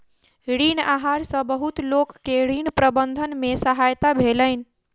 ऋण आहार सॅ बहुत लोक के ऋण प्रबंधन में सहायता भेलैन